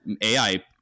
AI